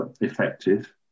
effective